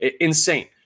Insane